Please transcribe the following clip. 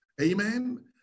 Amen